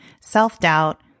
self-doubt